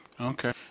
Okay